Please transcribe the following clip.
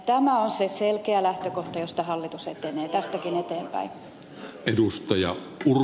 tämä on se selkeä lähtökohta josta hallitus etenee tästäkin eteenpäin